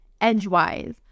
edgewise